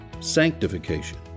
sanctification